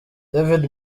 david